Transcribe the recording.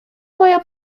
moja